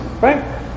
Right